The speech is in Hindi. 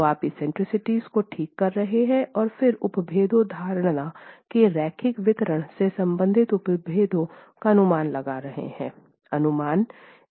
तो आप एक्सेंट्रिसिटीज़ को ठीक कर रहे हैं और फिर उपभेदों धारणा के रैखिक वितरण से संबंधित उपभेदों का अनुमान लगा रहे हैं